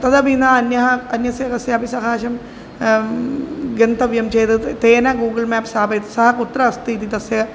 तदपि ना अन्यः अन्यस्य कस्यापि सकाशं गन्तव्यं चेद् ते तेन गूगुळ् मेप् स्थापयति सः कुत्र अस्ति इति तस्य